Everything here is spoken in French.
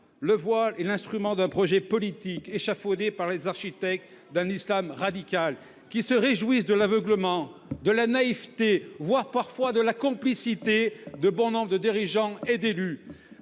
le voile est l’instrument d’un projet politique échafaudé par les architectes d’un islam radical qui se réjouissent de l’aveuglement, de la naïveté, voire de la complicité de bon nombre de dirigeants et d’élus.